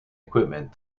equipment